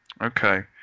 Okay